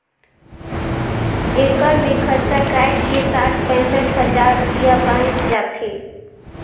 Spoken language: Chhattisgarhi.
एकड़ मे खरचा कायट के साठ पैंसठ हजार रूपिया बांयच जाथे